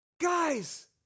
Guys